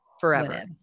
forever